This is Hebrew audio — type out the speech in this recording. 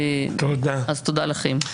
אז תודה לכם.